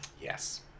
Yes